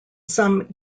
some